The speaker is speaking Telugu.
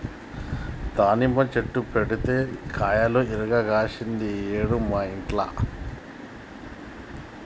దానిమ్మ చెట్టు పెడితే కాయలు ఇరుగ కాశింది ఈ ఏడు మా ఇంట్ల